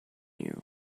you